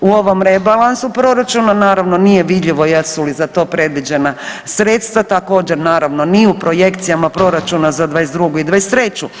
U ovom rebalansu proračuna naravno nije vidljivo jesu li za to previđena sredstva, također naravno ni u projekcijama proračuna za '22. i '23.